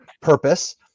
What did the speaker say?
purpose